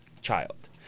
child